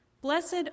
Blessed